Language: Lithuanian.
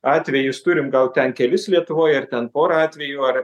atvejis turim gal ten kelis lietuvoj ar ten porą atvejų ar